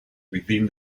within